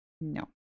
No